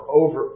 over